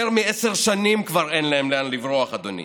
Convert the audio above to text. יותר מעשר שנים כבר אין להם לאן לברוח, אדוני.